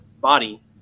body